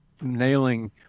nailing